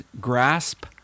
Grasp